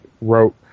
wrote